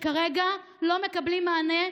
שכרגע לא מקבלים מענה,